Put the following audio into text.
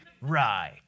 Right